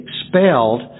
expelled